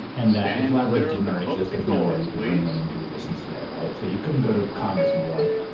and that if libraries didn't already exist, there's no way you could bring them into existence today, right? so you couldn't go to congress and be like,